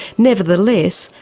nevertheless,